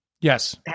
Yes